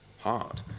hard